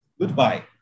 Goodbye